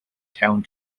town